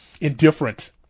indifferent